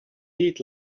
heat